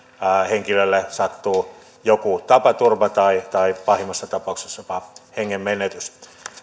henkilölle sattuu joku tapaturma tai tai pahimmassa tapauksessa jopa hengen menetys